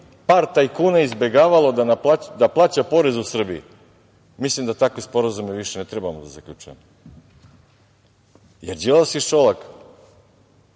par tajkuna izbegavalo da plaća porez u Srbiji, mislim da takve sporazume više ne treba da zaključujemo. Jer, Đilas i Šolak,